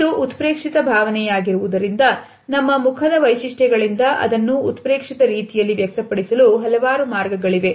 ಇದು ಉತ್ಪ್ರೇಕ್ಷಿತ ಭಾವನೆ ಯಾಗಿರುವುದರಿಂದ ನಮ್ಮ ಮುಖದ ವೈಶಿಷ್ಟ್ಯಗಳಿಂದ ಅದನ್ನು ಉತ್ಪ್ರೇಕ್ಷಿತ ರೀತಿಯಲ್ಲಿ ವ್ಯಕ್ತಪಡಿಸಲು ಹಲವು ಮಾರ್ಗಗಳಿವೆ